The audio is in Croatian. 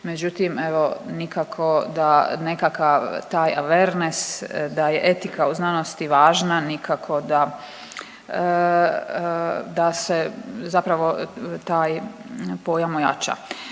međutim evo nikako da nekako taj vernes da je etika u znanosti važna nikako da se zapravo taj pojam ojača.